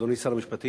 אדוני שר המשפטים,